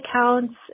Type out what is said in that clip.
accounts